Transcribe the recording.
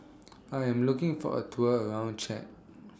I Am looking For A Tour around Chad